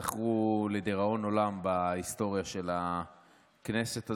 תיזכרו לדיראון עולם בהיסטוריה של הכנסת הזו,